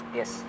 yes